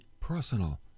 personal